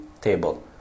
table